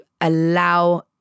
allow